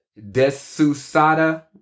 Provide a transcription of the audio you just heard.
Desusada